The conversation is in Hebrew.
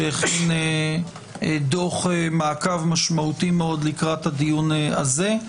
שהכין דוח מעקב משמעותי מאוד לקראת הדיון הזה.